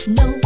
no